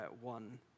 one